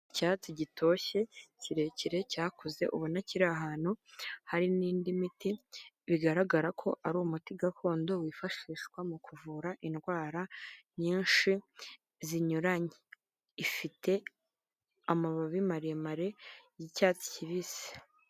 Icyatsi gitoshye, kirekire cyakuze, ubona kiri ahantu hari n'indi miti, bigaragara ko ari umuti gakondo wifashishwa mu kuvura indwara nyinshi zinyuranye. Ifite amababi maremare y'icyatsi kibisi.